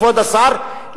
כבוד השר,